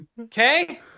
Okay